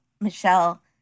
Michelle